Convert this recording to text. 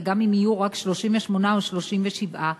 וגם אם יהיו 38 או 37,